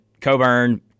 Coburn